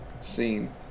scene